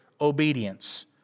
obedience